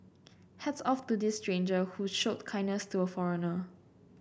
hats off to this stranger who showed kindness to a foreigner